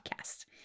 podcast